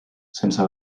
sense